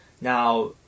Now